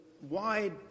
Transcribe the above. wide